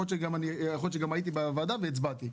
יכול להיות גם שהייתי בוועדה והצבעתי.